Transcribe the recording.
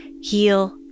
heal